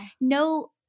no